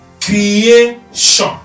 creation